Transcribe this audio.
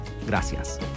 Gracias